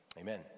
Amen